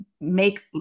make